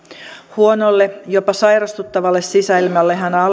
huonolle jopa sairastuttavalle sisäilmallehan